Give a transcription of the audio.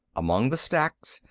among the stacks,